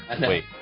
Wait